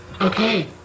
Okay